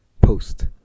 Post